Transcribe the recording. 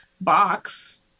box